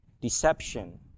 deception